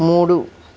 మూడు